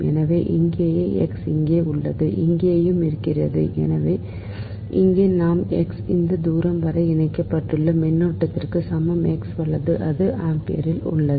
எனவே இங்கேயும் x இங்கே உள்ளது இங்கேயும் இருக்கிறது எனவே நான் x இந்த தூரம் வரை இணைக்கப்பட்டுள்ள மின்னோட்டத்திற்கு சமம் x வலது அது ஆம்பியரில் உள்ளது